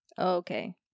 Okay